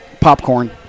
Popcorn